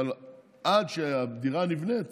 אבל עד שהדירה נבנית